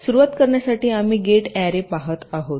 सुरुवात करण्यासाठी आम्ही गेट अॅरे पहात आहोत